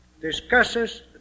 discusses